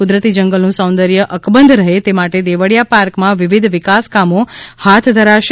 કુદરતી જંગલ નું સૌંદરય અકબંધ રહે તે માટે દેવળીયા પાર્ક માં વિવિધ વિકાસ કામો હાથ ધરાશે